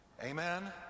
Amen